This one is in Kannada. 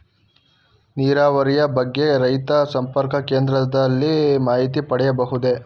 ನೀರಾವರಿಯ ಬಗ್ಗೆ ರೈತ ಸಂಪರ್ಕ ಕೇಂದ್ರದಲ್ಲಿ ಮಾಹಿತಿ ಪಡೆಯಬಹುದೇ?